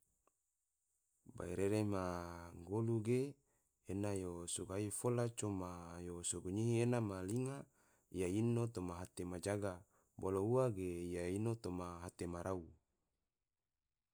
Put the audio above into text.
Bairere ma golu ge, ena yo so gahi fola, coma yo so gonyihi ena ma linga ia ino toma hate majaga, bolo ua ge ia ino toma hate ma rau